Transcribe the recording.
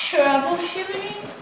Troubleshooting